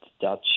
Dutch